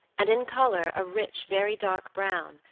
and in color a rich very dark brown,